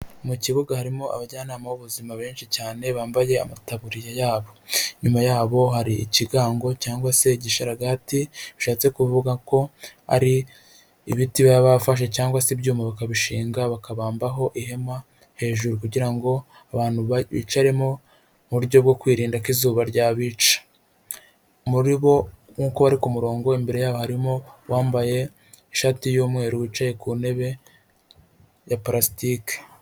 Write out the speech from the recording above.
Mu kibuga harimo abajyanama b'ubuzima benshi cyane bambaye amataburiya yabo. Inyuma yabo hari ikigango cyangwa se igisharagati, bishatse kuvuga ko ari ibiti baba bafashe cyangwa se ibyuma bakabishinga bakabambaho ihema hejuru kugirango abantu ba bicaremo mu buryo bwo kwirinda ko izuba ryabica. Muri bo nkuko bari ku murongo imbere yabo harimo uwambaye ishati y'umweru wicaye ku ntebe ya parasitike.